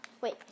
Wait